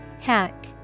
Hack